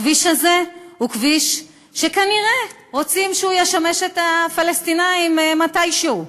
הכביש הזה הוא כביש שכנראה רוצים שישמש את הפלסטינים מתישהו.